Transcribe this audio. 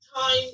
time